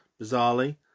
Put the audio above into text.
bizarrely